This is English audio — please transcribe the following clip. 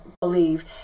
believe